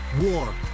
War